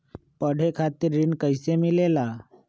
पढे खातीर ऋण कईसे मिले ला?